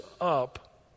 up